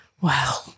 Wow